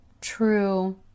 true